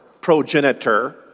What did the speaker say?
progenitor